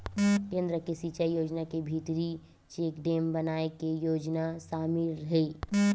केन्द्र के सिचई योजना के भीतरी चेकडेम बनाए के योजना सामिल हे